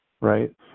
right